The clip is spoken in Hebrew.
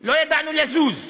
לא ידענו לזוז.